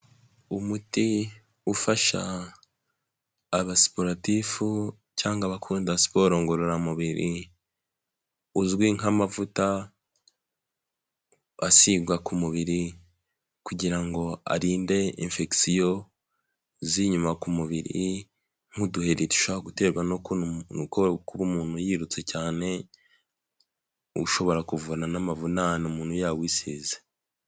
Umuti ufasha abasiporatifu cyangwa abakunda siporo ngororamubiri, uzwi nk'amavuta asigwa ku mubiri kugirango arinde infection z'inyuma ku mubiri nk'uduheri dushobora guterwa no kuba umuntu yirutse cyane, ushobora kuvura n'amavunane ahantu umuntu yawisize.